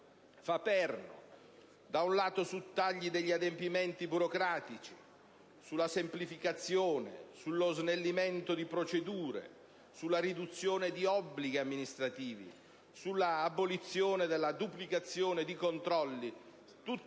fa perno su tagli degli adempimenti burocratici, sulla semplificazione, sullo snellimento di procedure, sulla riduzione di obblighi amministrativi, sull'abolizione della duplicazione di controlli: